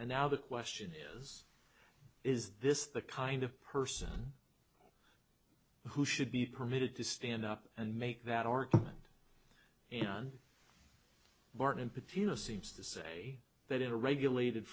and now the question is is this the kind of person who should be permitted to stand up and make that argument and martin pitino seems to say that in a regulated